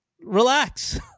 relax